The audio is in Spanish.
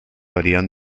varían